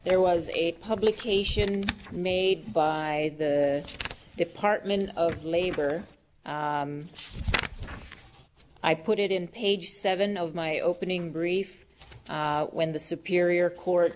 there was a publication made by the department of labor i put it in page seven of my opening brief when the superior court